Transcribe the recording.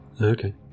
Okay